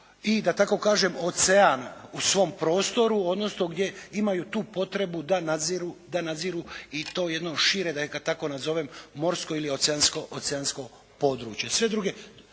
i da tako kažem ocean u svom prostoru, odnosno gdje imaju tu potrebu da nadziru i to jedno šire da ga tako nazovem morsko ili oceansko područje.